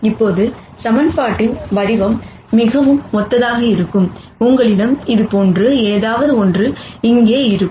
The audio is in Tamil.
இப்போது சமன்பாட்டின் வடிவம் மிகவும் ஒத்ததாக இருக்கும்